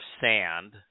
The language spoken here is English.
sand